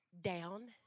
down